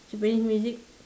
Japanese music